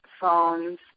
phones